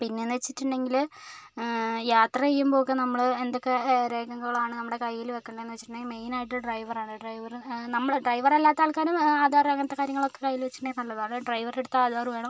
പിന്നെയെന്ന് വെച്ചിട്ടുണ്ടെങ്കിൽ യാത്ര ചെയ്യുമ്പോൾ ഒക്കെ നമ്മൾ എന്തൊക്കെ രേഖകളാണ് നമ്മുടെ കയ്യിൽ വെക്കേണ്ടതെന്ന് വെച്ചിട്ടുണ്ടെങ്കിൽ മെയിനായിട്ട് ഡ്രൈവറാണ് ഡ്രൈവർ നമ്മൾ ഡ്രൈവറല്ലാത്ത ആൾക്കാരും ആധാർ അങ്ങനത്തെ കാര്യങ്ങളൊക്കെ കയ്യിൽ വെച്ചിട്ടുണ്ടെങ്കിൽ നല്ലതാണ് ഡ്രൈവറുടെ അടുത്ത് ആധാർ വേണം